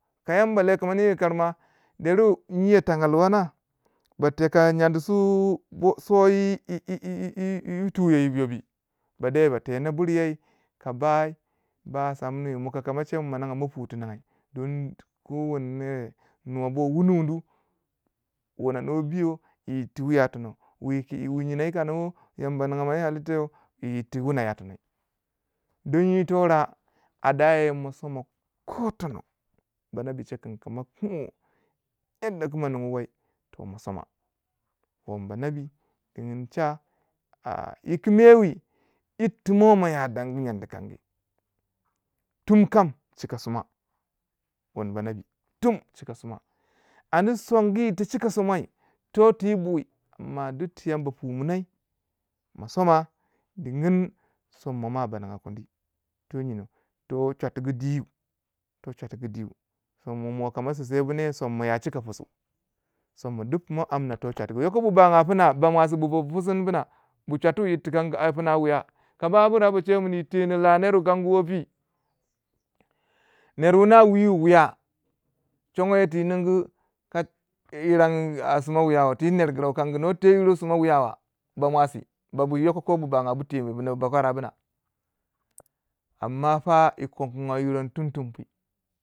ka yamba le kaman ningi yikakari ma deruwai nyeu tangalwa na ba teka yi nyanu su wo yi- yi- yi- yi yi tuyo yiyobi bade ba tena bur yey ka bayi basamni muka ka mo che kin ma ningai mo pu ti ningai don ko wane nwo bo wunu wunu wuna no biyo yi yirti ya tono, yamba ninga manyo halita yi wuna ya to no, don yito da a daya mo somo ko tono banabi che kun kama pume yanda ku mo ning wai mo somo wan banabi diyin cha yikimiwi yit ti mo ma ya dangu nyin dikamgi tum kan chika sima wang banabi tum chika sima am si songu ir ti chika simai to tui yibu am ma duk ti yamba pumune ma soma dingin somma ma na ningi kwadi to nyenou to chwatiga di to chwatigu di sommo ya chika pisu somma duk pumo amna to chwatugu, ko bu baga puna bu chwatu yir tikan gi pina wiya ka bu ambir a bu chewu kin yi teno la nur wakangu wo pi ner wuna wi wu wiya chongo yo ti ningyi ka yirani a sima ner wuyawa ti ner gira wukangi nwo teyiro sima wiyawa ba mwausi bu buiwa du ko bu bangabu tino yi kwara bina am mafa yi ko yiranyi tum tum pui.